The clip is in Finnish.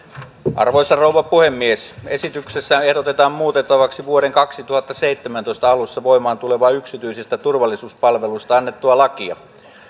arvoisa rouva puhemies esityksessä ehdotetaan muutettavaksi vuoden kaksituhattaseitsemäntoista alussa voimaan tulevaa yksityisistä turvallisuuspalveluista annettua lakia